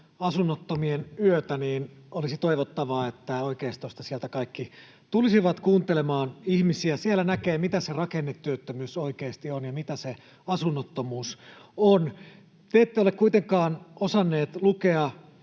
Asunnottomien yötä, olisi toivottavaa, että sieltä oikeistosta kaikki tulisivat kuuntelemaan ihmisiä. Siellä näkee, mitä se rakennetyöttömyys oikeasti on ja mitä se asunnottomuus on. Te ette ole kuitenkaan osanneet lukea